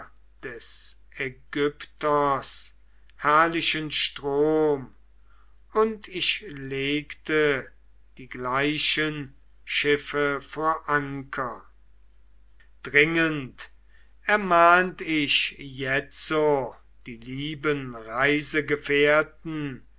des aigyptos herrlichen strom und ich legte die gleichen schiffe vor anker dringend ermahnt ich jetzo die lieben reisegefährten